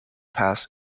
pass